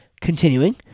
Continuing